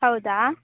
ಹೌದಾ